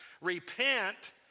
Repent